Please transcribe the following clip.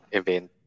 event